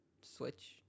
switch